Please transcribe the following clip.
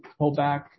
pullback